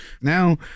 Now